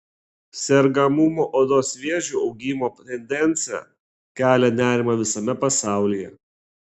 sergamumo odos vėžiu augimo tendencija kelia nerimą visame pasaulyje